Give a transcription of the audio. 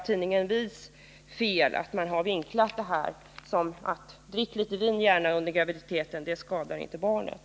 Tidningen Vi kan därför sägas ha vinklat uttalandet om att man kan dricka litet vin under graviditeten utan att det skadar barnet.